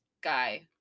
guy